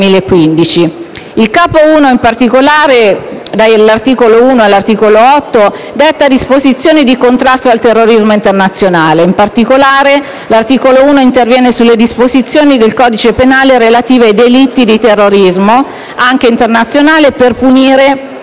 Il capo I (articoli da 1 a 8) detta disposizioni di contrasto al terrorismo internazionale. In particolare, l'articolo 1 interviene sulle disposizioni del codice penale relative ai delitti di terrorismo, anche internazionale, per punire